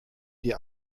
die